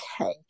Okay